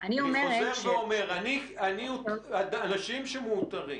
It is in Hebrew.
אני חוזר ואומר: אנשים שמאותרים